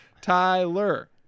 tyler